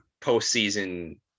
postseason